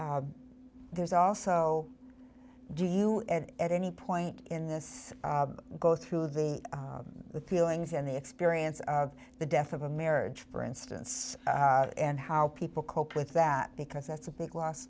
what there's also do you ed at any point in this go through with the feelings and the experience of the death of a marriage for instance and how people cope with that because that's a big loss